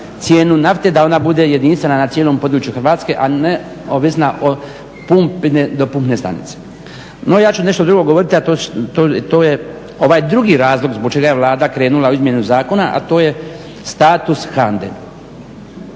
cijenu nafte da ona bude jedinstvena na cijelom području Hrvatske a ne ovisna o pumpi, do pumpne stanice. No, ja ću nešto drugo govoriti a to je ovaj drugi razlog zbog čega je Vlada krenula u izmjenu zakona a to je status HANDA-e.